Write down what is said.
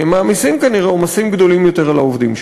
מעמיסים כנראה עומסים גדולים יותר על העובדים,